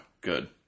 Good